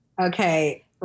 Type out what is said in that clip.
Okay